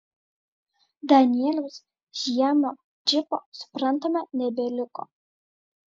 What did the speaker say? danieliaus žiemio džipo suprantama nebeliko